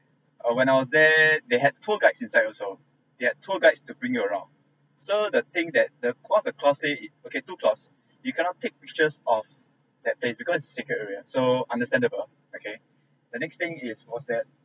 uh when I was there they had tour guides inside also they had tour guides to bring you around so the thing that the one of the clause say it okay two clause you cannot take pictures of that place because it's a secret area so understandable okay the next thing is was that